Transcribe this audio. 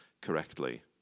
correctly